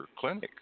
clinic